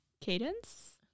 Cadence